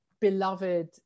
beloved